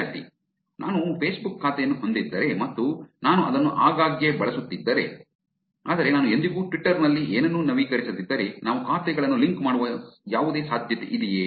ವಿದ್ಯಾರ್ಥಿ ನಾನು ಫೇಸ್ಬುಕ್ ಖಾತೆಯನ್ನು ಹೊಂದಿದ್ದರೆ ಮತ್ತು ನಾನು ಅದನ್ನು ಆಗಾಗ್ಗೆ ಬಳಸುತ್ತಿದ್ದರೆ ಆದರೆ ನಾನು ಎಂದಿಗೂ ಟ್ವಿಟ್ಟರ್ ನಲ್ಲಿ ಏನನ್ನೂ ನವೀಕರಿಸದಿದ್ದರೆ ನಾವು ಖಾತೆಗಳನ್ನು ಲಿಂಕ್ ಮಾಡುವ ಯಾವುದೇ ಸಾಧ್ಯತೆಯಿದೆಯೇ